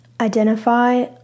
Identify